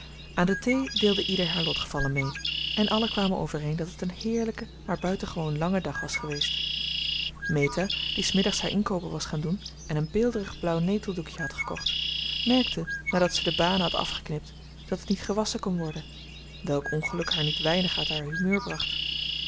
deelde ieder haar lotgevallen mee en allen kwamen overeen dat het een heerlijke maar buitengewoon lange dag was geweest meta die s middags haar inkoopen was gaan doen en een beelderig blauw neteldoekje had gekocht merkte nadat ze de banen had afgeknipt dat het niet gewasschen kon worden welk ongeluk haar niet weinig uit haar humeur bracht